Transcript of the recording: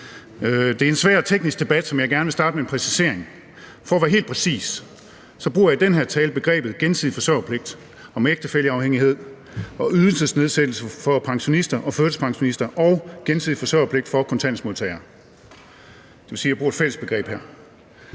Det er en svær teknisk debat, som jeg gerne vil starte med en præcisering. For at være helt præcis, bruger jeg i den her tale begrebet gensidig forsørgerpligt om ægtefælleafhængighed og ydelsesnedsættelse for pensionister og førtidspensionister og gensidig forsøgerpligt for kontanthjælpsmodtagere. Det vil sige, at jeg bruger et fællesbegreb her.